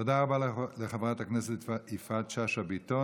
תודה רבה לחברת הכנסת יפעת שאשא ביטון.